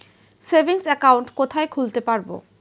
Savings account কোথায় খুলতে পারব?